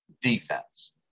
defense